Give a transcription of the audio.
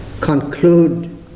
conclude